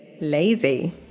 lazy